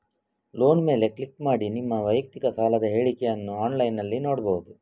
loan ಮೇಲೆ click ಮಾಡಿ ನಿಮ್ಮ ವೈಯಕ್ತಿಕ ಸಾಲದ ಹೇಳಿಕೆಯನ್ನ ಆನ್ಲೈನಿನಲ್ಲಿ ನೋಡ್ಬಹುದು